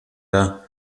der